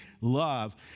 love